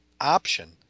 option